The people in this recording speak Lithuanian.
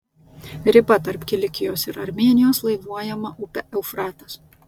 riba tarp kilikijos ir armėnijos laivuojama upė eufratas